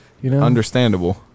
Understandable